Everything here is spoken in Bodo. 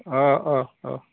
अ अ अ